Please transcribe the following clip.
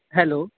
hello